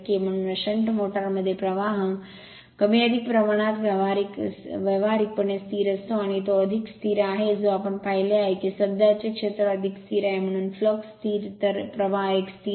म्हणूनच शंट मोटारमध्ये प्रवाह more कमी अधिक प्रमाणात व्यावहारिकपणे स्थिर असतो आणि तो अधिक स्थिर आहे जो आपण पाहिले आहे की सध्याचे क्षेत्र अधिक स्थिर आहे म्हणून फ्लक्स स्थिर तर प्रवाह एक स्थिर आहे